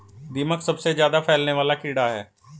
दीमक सबसे ज्यादा फैलने वाला कीड़ा है